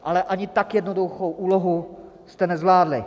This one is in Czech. Ale ani tak jednoduchou úlohu jste nezvládli.